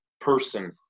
person